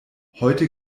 heute